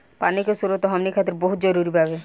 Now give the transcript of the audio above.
पानी के स्रोत हमनी खातीर बहुत जरूरी बावे